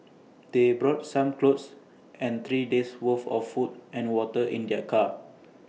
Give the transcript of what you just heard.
they brought some clothes and three days' worth of food and water in their car